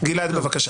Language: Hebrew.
תודה.